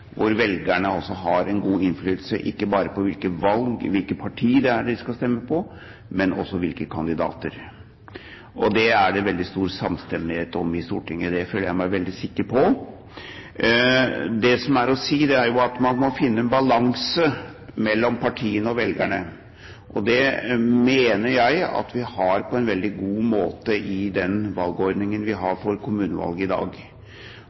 hvor velgerne har en god innflytelse, ikke bare på hvilket parti, men også hvilke kandidater de skal stemme på. Det er det stor samstemmighet om i Stortinget. Det føler jeg meg veldig sikker på. Man må finne en balanse mellom partiene og velgerne, og det mener jeg vi har på en veldig god måte i den valgordningen vi har for kommunevalg i dag.